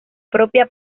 propia